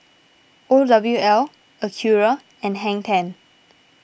O W L Acura and Hang ten